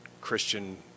Christian